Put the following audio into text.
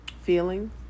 feeling